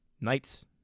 Knights